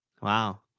Wow